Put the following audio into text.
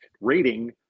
rating